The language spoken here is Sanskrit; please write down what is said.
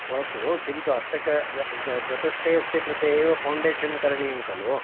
भवतु किन्तु अष्टकं ज ज चतुष्टयस्य कृते एव फ़ौण्डेशन् करणीयं खलु